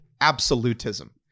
absolutism